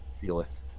feeleth